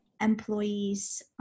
employees